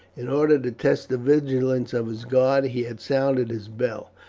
in order to test the vigilance of his guard, he had sounded his bell.